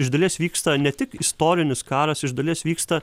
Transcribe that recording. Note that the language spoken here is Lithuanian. iš dalies vyksta ne tik istorinis karas iš dalies vyksta